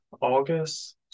August